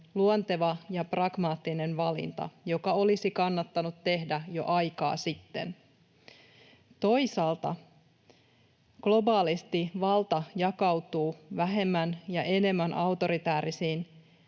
luonteva ja pragmaattinen valinta, joka olisi kannattanut tehdä jo aikaa sitten. Toisaalta globaalisti valta jakautuu vähemmän ja enemmän autoritäärisiin